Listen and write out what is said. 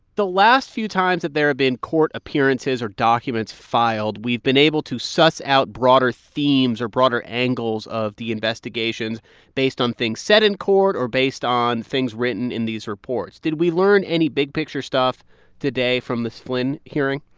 the last few times that there have been court appearances or documents filed, we've been able to suss out broader themes or broader angles of the investigations based on things said in court or based on things written in these reports. did we learn any big-picture stuff today from the flynn hearing?